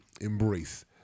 Embrace